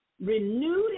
renewed